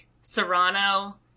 Serrano